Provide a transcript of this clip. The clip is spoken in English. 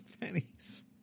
pennies